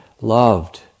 loved